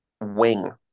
wing